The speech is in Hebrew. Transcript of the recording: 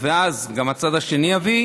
ואז גם הצד השני יביא,